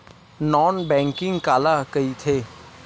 Non banking काला कइथे?